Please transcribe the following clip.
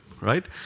right